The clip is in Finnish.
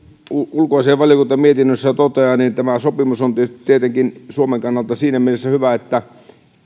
ulkoasiainvaliokunta mietinnössään toteaa tämä sopimus on tietenkin suomen kannalta siinä mielessä hyvä että